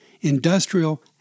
industrial